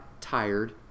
tired